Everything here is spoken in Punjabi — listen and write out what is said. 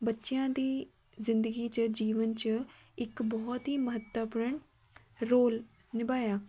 ਬੱਚਿਆਂ ਦੀ ਜ਼ਿੰਦਗੀ 'ਚ ਜੀਵਨ 'ਚ ਇੱਕ ਬਹੁਤ ਹੀ ਮਹੱਤਵਪੂਰਨ ਰੋਲ ਨਿਭਾਇਆ